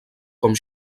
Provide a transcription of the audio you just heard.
com